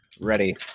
ready